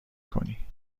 کنی